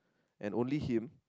and only him